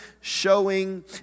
showing